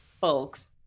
folks